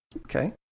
Okay